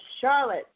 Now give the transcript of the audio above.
Charlotte